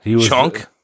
Chunk